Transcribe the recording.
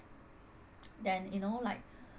then you know like